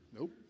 Nope